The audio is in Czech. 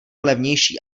levnější